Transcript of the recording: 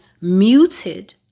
muted